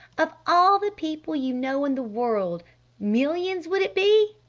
of all the people you know in the world millions would it be?